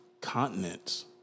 continents